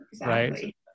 right